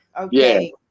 okay